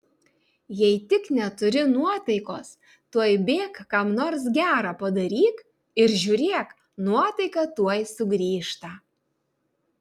jei tik neturi nuotaikos tuoj bėk kam nors gera padaryk ir žiūrėk nuotaika tuoj sugrįžta